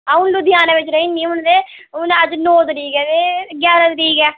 अ'ऊं लुधियाना बिच रेही नी हून ते हून अज्ज नौ तरीक ऐ ते ग्यारां तरीक ऐ